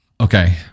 Okay